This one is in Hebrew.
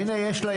הינה, יש לה.